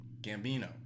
Gambino